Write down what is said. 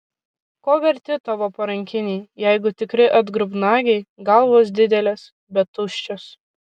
ko verti tavo parankiniai jeigu tikri atgrubnagiai galvos didelės bet tuščios